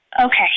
Okay